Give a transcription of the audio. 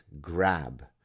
grab